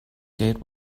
gate